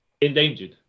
endangered